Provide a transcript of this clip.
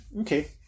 Okay